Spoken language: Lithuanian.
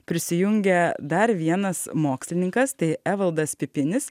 prisijungia dar vienas mokslininkas tai evaldas pipinis